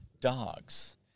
dogs